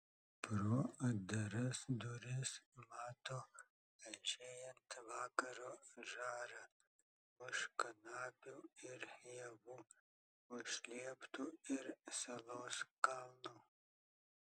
pro atdaras duris mato aižėjant vakaro žarą už kanapių ir javų už lieptų ir salos kalno